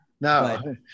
no